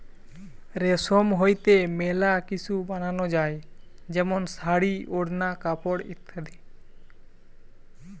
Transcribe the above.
রেশম হইতে মেলা কিসু বানানো যায় যেমন শাড়ী, ওড়না, কাপড় ইত্যাদি